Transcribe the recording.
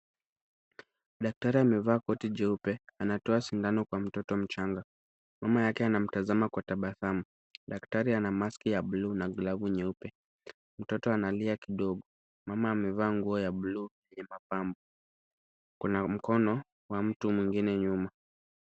Daktari amevaa koti jeupe, anatoa shindano kwa mtoto mchanga, mama yake ana mtazama kwa tabasamu, daktari ana maski ya buluu na glavu nyeupe. Mtoto analia kidogo, mama amevaa nguo ya buluu ya mapambo. Kuna mkono wa mtu mwingine nyuma.